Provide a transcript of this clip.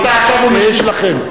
רבותי, עכשיו הוא משיב לכם.